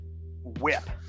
whip